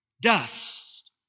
dust